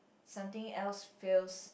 something else feel